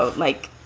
but like,